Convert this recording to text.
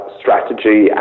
strategy